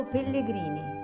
Pellegrini